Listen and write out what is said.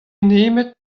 nemet